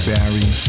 Barry